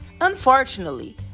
Unfortunately